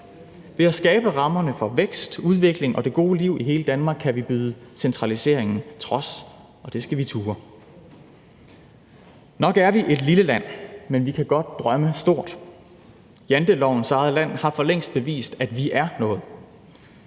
Ved at skabe rammerne for vækst, udvikling og det gode liv i hele Danmark kan vi byde centraliseringen trods – og det skal vi turde. Nok er vi et lille land, men vi kan godt drømme stort. Jantelovens eget land har for længst bevist, at vi er noget.